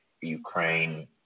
Ukraine